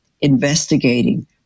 investigating